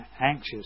anxious